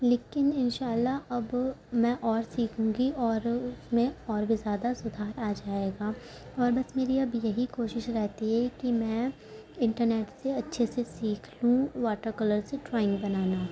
لیکن ان شاء اللہ اب میں اور سیکھوں گی اور اس میں اور بھی زیادہ سدھار آ جائے گا اور بس میری اب یہی کوشش رہتی ہے کہ میں انٹرنیٹ سے اچھے سیکھ لوں واٹر کلر سے ڈرائنگ بنانا